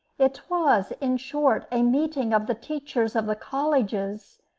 it was, in short, a meeting of the teachers of the colleges,